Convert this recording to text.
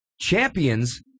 Champions